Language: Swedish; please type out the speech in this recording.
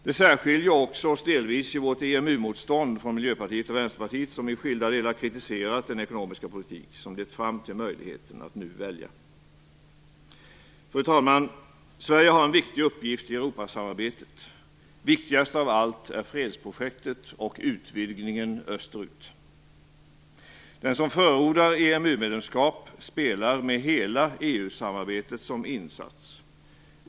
Det särskiljer också delvis Vänsterpartiets. De har i skilda delar kritiserat den ekonomiska politik som lett fram till möjligheten att nu välja. Fru talman! Sverige har en viktig uppgift i Europasamarbetet. Viktigast av allt är fredsprojektet och utvidgningen österut. Den som förordar EMU medlemskap spelar med hela EU-samarbetet som insats.